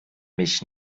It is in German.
mich